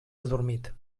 adormit